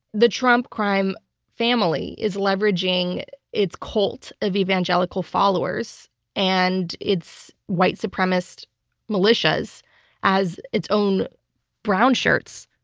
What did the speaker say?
the trump crime family is leveraging its cult of evangelical followers and its white supremacist militias as its own brownshirts.